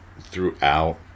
throughout